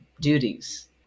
duties